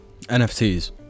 NFTs